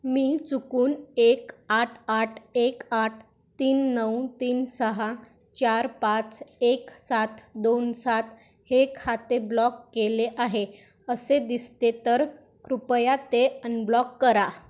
मी चुकून एक आठ आठ एक आठ तीन नऊ तीन सहा चार पाच एक सात दोन सात हे खाते ब्लॉक केले आहे असे दिसते तर कृपया ते अनब्लॉक करा